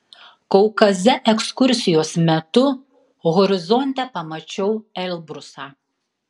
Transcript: kaukaze ekskursijos metu horizonte pamačiau elbrusą